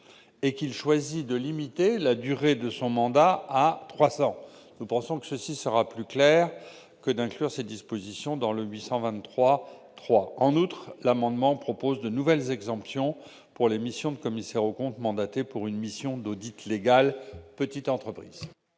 et qu'il choisit de limiter la durée de son mandat à trois ans. Nous pensons que ce dispositif sera plus clair que l'inclusion de cette disposition à l'article L. 823-3. En outre, l'amendement prévoit de nouvelles exemptions pour les missions de commissaires aux comptes mandatés pour une mission d'audit légal Petite entreprise.